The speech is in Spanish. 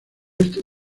este